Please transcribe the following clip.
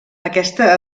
aquesta